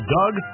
Doug